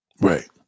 Right